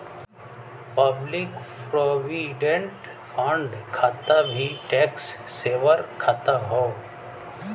public provident fund खाता भी tax saver खाता हौ